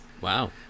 Wow